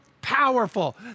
powerful